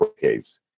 cases